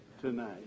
tonight